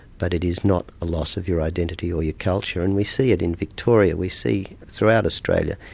but it is not a loss of your identity or your culture. and we see it in victoria, we see throughout australia,